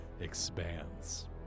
expands